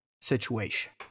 situation